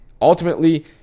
ultimately